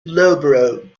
loughborough